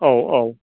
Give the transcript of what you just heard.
औ औ